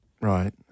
Right